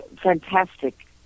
fantastic